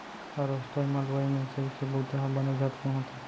harvester म लुवई मिंसइ के बुंता ह बने झटकुन होथे